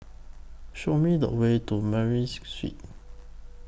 Show Me The Way to Murray Street